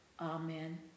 Amen